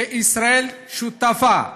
שישראל שותפה לה,